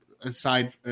aside